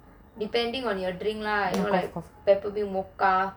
depending on your drink like there could be mocha